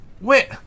Wait